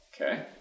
Okay